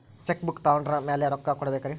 Check book ತೊಗೊಂಡ್ರ ಮ್ಯಾಲೆ ರೊಕ್ಕ ಕೊಡಬೇಕರಿ?